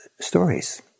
stories